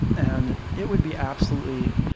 and it would be absolutely